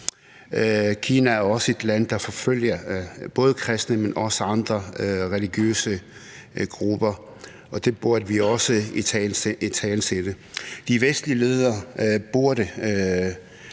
Kina er også et land, der forfølger både kristne, men også andre religiøse grupper, og det burde vi også italesætte. De vestlige ledere burde